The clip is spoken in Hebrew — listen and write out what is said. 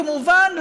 כמובן,